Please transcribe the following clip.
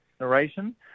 narration